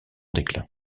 déclin